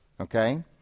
okay